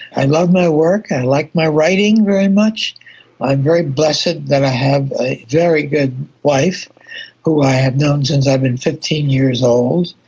i love my work, i like my writing very much. i'm very blessed that that i have a very good wife who i have known since i was and fifteen years old.